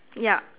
yup